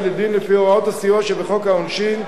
לדין לפי הוראות הסיוע שבחוק העונשין,